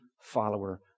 follower